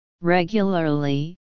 regularly